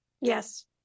Yes